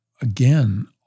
again